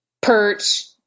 perch